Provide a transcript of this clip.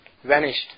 vanished